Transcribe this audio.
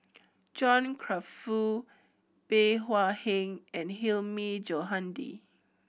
John Crawfurd Bey Hua Heng and Hilmi Johandi